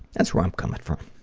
that's where i'm coming from.